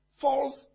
False